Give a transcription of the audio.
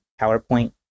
PowerPoint